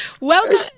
Welcome